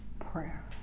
prayer